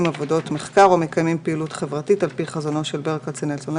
עבודות מחקר או מקיימים פעילות חברתית על פי חזונו של ברל כצנלסון.